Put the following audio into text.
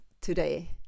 today